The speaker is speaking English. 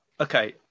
okay